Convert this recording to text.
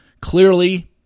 Clearly